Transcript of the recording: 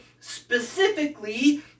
specifically